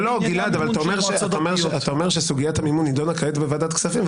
אתה אומר שסוגיית המימון נדונה כעת בוועדת כספים,